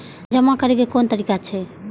जमा करै के कोन तरीका छै?